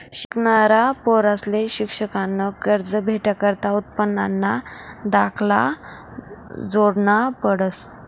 शिकनारा पोरंसले शिक्शननं कर्ज भेटाकरता उत्पन्नना दाखला जोडना पडस